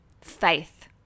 faith